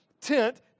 tent